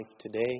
today